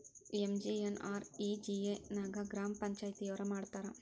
MGNREGA ನ ಗ್ರಾಮ ಪಂಚಾಯತಿಯೊರ ಮಾಡ್ತಾರಾ?